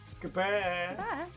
Goodbye